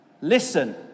Listen